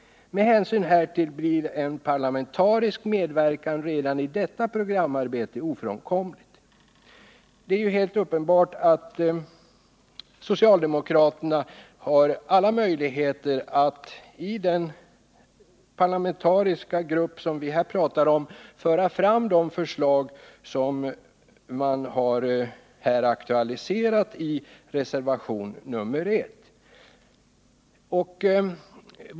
Med hänsyn därtill blir en parlamentarisk medverkan redan i detta programarbete ofrånkomlig.” Det är helt uppenbart att socialdemokraterna har alla möjligheter att i den parlamentariska grupp som vi här talar om föra fram de förslag som de har aktualiserat i reservationen 1.